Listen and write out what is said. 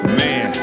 man